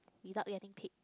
without getting paid